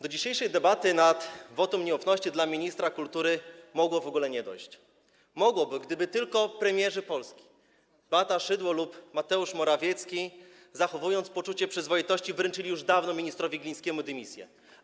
Do dzisiejszej debaty nad wotum nieufności wobec ministra kultury mogłoby w ogóle nie dojść, gdyby tylko premierzy Polski Beata Szydło lub Mateusz Morawiecki, zachowując poczucie przyzwoitości, wręczyli już dawno ministrowi Glińskiemu dymisję.